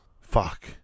Fuck